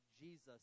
Jesus